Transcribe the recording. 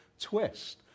twist